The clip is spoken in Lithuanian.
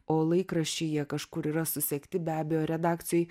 o laikraščiai jie kažkur yra susegti be abejo redakcijoj